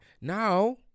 Now